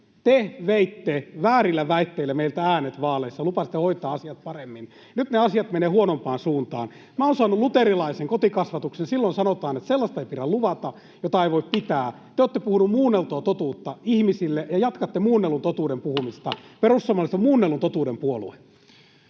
te veitte väärillä väitteillä meiltä äänet vaaleissa. Lupasitte hoitaa asiat paremmin. Nyt ne asiat menevät huonompaan suuntaan. Minä olen saanut luterilaisen kotikasvatuksen. [Mika Karin välihuuto] Silloin sanotaan, että sellaista ei pidä luvata, mitä ei voi pitää. Te olette puhuneet muunneltua totuutta ihmisille ja jatkatte muunnellun totuuden puhumista. Perussuomalaiset on muunnellun totuuden puolue.